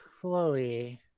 Chloe